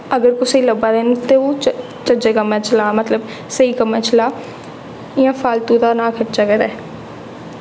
अगर कुसै ई लब्भा दे न कि कोई चज्जै दे कम्मै च ला मतलब स्हेई कम्मै च ला इ'यां फालतु दा ना खर्चा करै